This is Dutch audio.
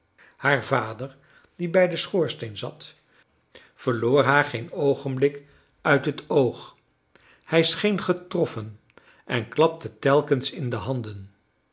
haar vader die bij den schoorsteen zat verloor haar geen oogenblik uit het oog hij scheen getroffen en klapte telkens in de handen